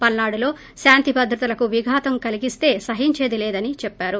పల్సాడులో శాంతి భద్రతలకు విఘాతం కలిగిస్త సహించేది లేదని చెప్పారు